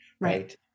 Right